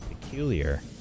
peculiar